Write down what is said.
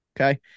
okay